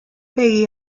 peggy